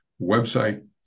website